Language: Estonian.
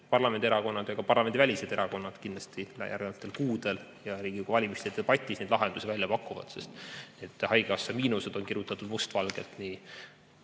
parlamendierakonnad, samuti parlamendivälised erakonnad kindlasti järgnevatel kuudel ja Riigikogu valimiste debatis lahendusi välja pakuvad, sest haigekassa miinused on kirjutatud must valgel nii